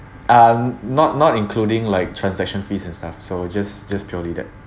and not not including like transaction fees and stuff so just just purely that